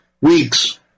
weeks